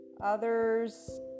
others